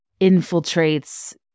infiltrates